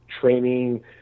training